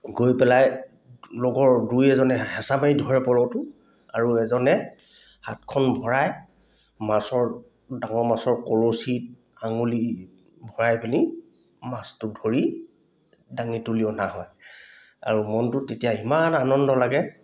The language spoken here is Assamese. গৈ পেলাই লগৰ দুই এজনে হেঁচা মাৰি ধৰে পলহটো আৰু এজনে হাতখন ভৰাই মাছৰ ডাঙৰ মাছৰ কলচী আঙুলি ভৰাই পিনি মাছটো ধৰি দাঙি তুলি অনা হয় আৰু মনটোত তেতিয়া ইমান আনন্দ লাগে